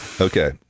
Okay